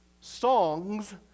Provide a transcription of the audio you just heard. songs